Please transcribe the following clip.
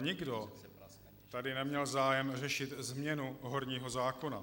Ale nikdo tady neměl zájem řešit změnu horního zákona.